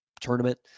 tournament